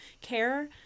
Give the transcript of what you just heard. care